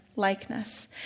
likeness